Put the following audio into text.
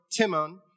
Timon